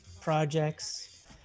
projects